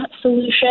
solution